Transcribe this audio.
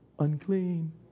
Unclean